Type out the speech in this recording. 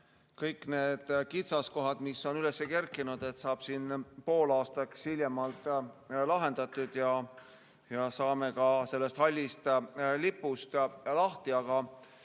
kõik need kitsaskohad, mis on üles kerkinud, saavad siin poolaastaks hiljemalt lahendatud ja saame ka sellest hallist lipust lahti. Aga